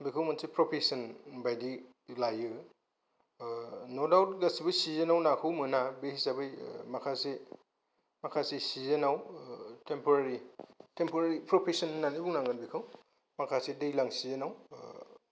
बेखौ मोनसे प्रफेसन बायदि लायो न' डाब्ट गासिबो सिजनआव नाखौ मोना बे हिसाबै माखासे माखासे सिजनाव टेम्परारि टेम्परारि प्रफेसन होन्नानै बुंनांगोन बेखौ माखासे दैज्लां सिजनाव